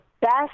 best